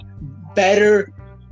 Better